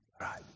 Right